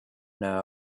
know